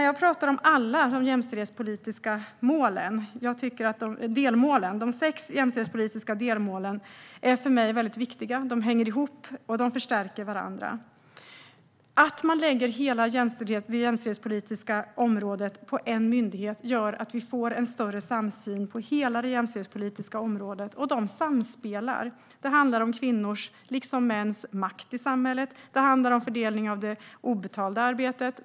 Jag talar om alla de jämställdhetspolitiska delmålen. De sex jämställdhetspolitiska delmålen är för mig väldigt viktiga. De hänger ihop, och de förstärker varandra. Att lägga hela det jämställdhetspolitiska området i en myndighet gör att vi får en större samsyn på hela det jämställdhetspolitiska området. Dessa delar samspelar. Det handlar om kvinnors, liksom mäns, makt i samhället. Det handlar om fördelning av det obetalda arbetet.